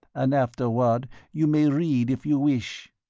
and afterward you may read if you wish.